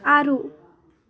ಆರು